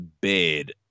bed